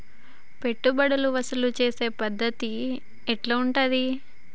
పెట్టుబడులు వసూలు చేసే పద్ధతి ఎట్లా ఉంటది?